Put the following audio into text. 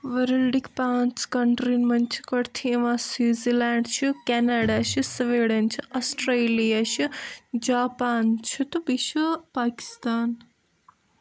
ؤرٕلڈٕکۍ پانٛژھ کنٹریٚن منٛز چھِ گۄڈٕتھٕے یِوان سوٗزرلینڈ چھُ کیٚنیڈا چھُ سوِڈن چھ آسٹریلیا چھِ جاپان چھُ تہٕ بیٚیہِ چھُ پاکِستان